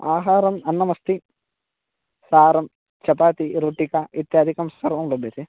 आहारम् अन्नम् अस्ति सारं चपाति रोटिका इत्यादिकं सर्वं लभ्यते